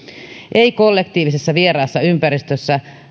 ei kollektiivisessa vieraassa ympäristössä